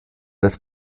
das